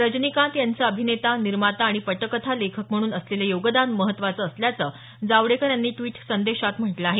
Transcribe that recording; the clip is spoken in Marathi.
रजनीकांत यांचं अभिनेता निर्माता आणि पटकथा लेखक म्हणून असलेलं योगदान महत्वाचं असल्याचं जावडेकर यांनी द्विट संदेशात म्हटलं आहे